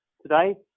today